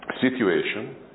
situation